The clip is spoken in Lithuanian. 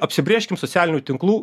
apsibrėžkim socialinių tinklų